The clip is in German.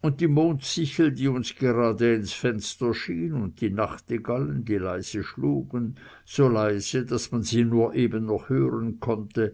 und die mondsichel die uns gerade ins fenster schien und die nachtigallen die leise schlugen so leise daß man sie nur eben noch hören konnte